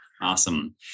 Awesome